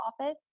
office